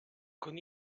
con